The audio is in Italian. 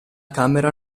camera